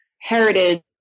heritage